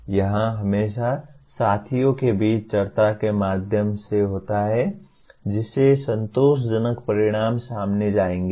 यह हमेशा साथियों के बीच चर्चा के माध्यम से होता है जिससे संतोषजनक परिणाम सामने आएंगे